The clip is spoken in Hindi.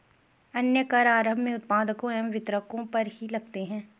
अन्य कर आरम्भ में उत्पादकों एवं वितरकों पर ही लगते हैं